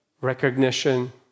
recognition